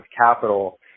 capital